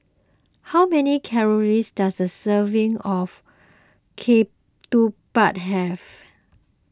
how many calories does a serving of Ketupat have